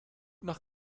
nach